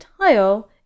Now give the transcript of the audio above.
tile